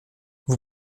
vous